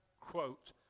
quote